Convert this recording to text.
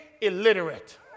illiterate